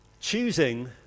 Choosing